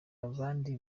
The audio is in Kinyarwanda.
abandi